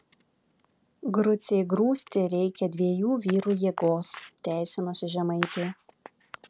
grucei grūsti reikia dviejų vyrų jėgos teisinosi žemaitė